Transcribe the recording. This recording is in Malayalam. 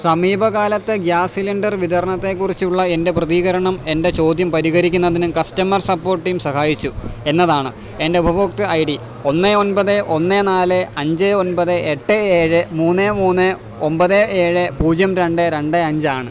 സമീപകാലത്തെ ഗ്യാസ് സിലിണ്ടർ വിതരണത്തെക്കുറിച്ചുള്ള എൻ്റെ പ്രതികരണം എൻ്റെ ചോദ്യം പരിഹരിക്കുന്നതിന് കസ്റ്റമർ സപ്പോർട്ട് ടീം സഹായിച്ചു എന്നതാണ് എൻ്റെ ഉപഭോക്തൃ ഐ ഡി ഒന്ന് ഒൻപത് ഒന്ന് നാല് അഞ്ച് ഒൻപത് എട്ട് ഏഴ് മൂന്ന് മൂന്ന് ഒൻപത് ഏഴ് പൂജ്യം രണ്ട് രണ്ട് അഞ്ചാണ്